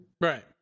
Right